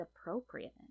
appropriate